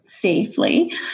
Safely